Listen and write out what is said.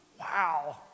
wow